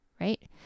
Right